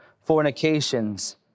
fornications